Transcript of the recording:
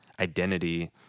identity